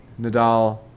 Nadal